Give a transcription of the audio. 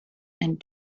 and